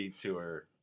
tour